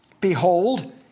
Behold